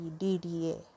DDA